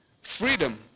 freedom